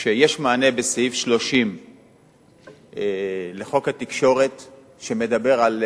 אף-על-פי שיש מענה בסעיף 30 לחוק התקשורת שמדבר על